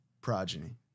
progeny